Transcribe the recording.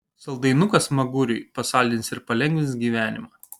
saldainukas smaguriui pasaldins ir palengvins gyvenimą